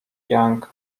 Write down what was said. young